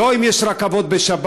לא אם יש רכבות בשבת,